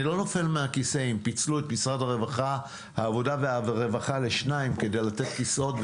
אם פיצלו את משרד העבודה והרווחה לשניים כדי לתת כיסאות,